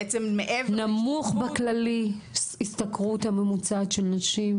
בעצם -- נמוך בכללי ההשתכרות הממוצע של נשים,